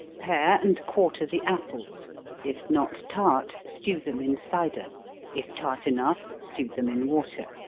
pare and quarter the apples if not tart, stew them in cider if tart enough, stew them in water.